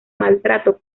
maltrato